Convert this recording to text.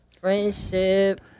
friendship